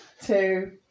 two